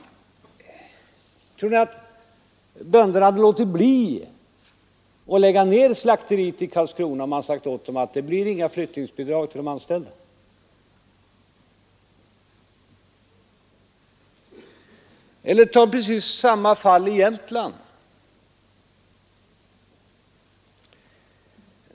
Tror ni att bönderna hade låtit bli att lägga ner slakteriet i Karlskrona om vi inte hade gett flyttningsbidrag till de anställda? Ett liknande fall inträffade i Jämtland.